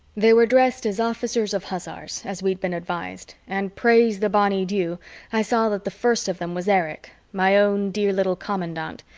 they were dressed as officers of hussars, as we'd been advised, and praise the bonny dew i saw that the first of them was erich, my own dear little commandant,